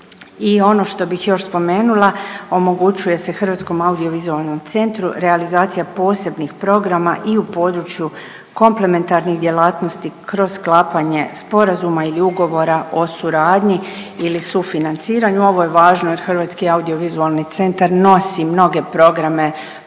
ono što bih još spomenula omogućuje se Hrvatskom audio-vizualnom centru realizacija posebnih programa i u području komplementarnih djelatnosti kroz sklapanje sporazuma ili ugovora o suradnji ili sufinanciranju. Ovo je važno jer Hrvatski audio-vizualni centar nosi mnoge programe, promocije